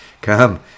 Come